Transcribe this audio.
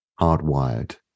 hardwired